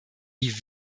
die